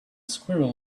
squirrel